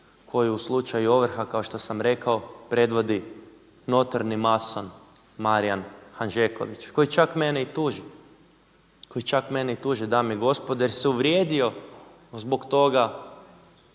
koju u slučaju ovrha, kao što sam rekao predvodi notorni mason Marijan Handžeković koji čak mene i tuži, koji čak mene i tuži dame i gospodo jer se uvrijedio zbog toga